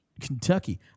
Kentucky